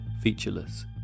featureless